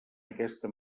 aquesta